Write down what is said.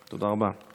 תודה רבה.